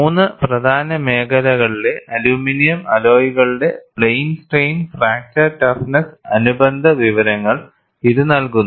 മൂന്ന് പ്രധാന മേഖലകളിലെ അലുമിനിയം അലോയ്കളുടെ പ്ലെയിൻ സ്ട്രെയിൻ ഫ്രാക്ചർ ടഫ്നെസ്സ് അനുബന്ധ വിവരങ്ങൾ ഇത് നൽകുന്നു